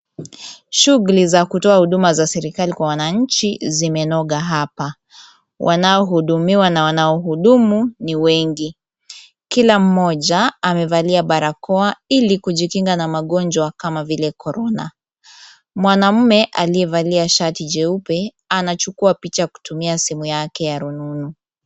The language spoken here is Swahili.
Shughuli za kutoa huduma za serikali kwa wananchi zimenoga hapa. Wanaohudumiwa na wanaohudumu ni wengi. Kila mmoja amevalia barakoa ili kujikinga na magonjwa kama vile korona. Mwanaume aliyevalia shati jeupe anachukua picha kutumia simu yake ya rununu.